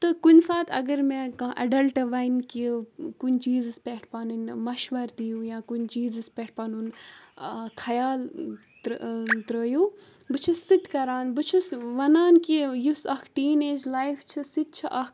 تہٕ کُنہِ ساتہٕ اگر مےٚ کانٛہہ ایڈَلٹ وَنہِ کہِ کُنہِ چیٖزَس پٮ۪ٹھ پَنٕنۍ مَشوَرٕ دِیِو یا کُنہِ چیٖزَس پٮ۪ٹھ پَنُن خَیال ترٛٲیِو بہٕ چھس سُہ تہِ کَران بہٕ چھُس وَنان کہِ یُس اَکھ ٹیٖن ایج لایف چھُ سُہ تہِ چھِ اَکھ